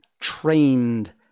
trained